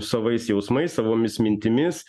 savais jausmais savomis mintimis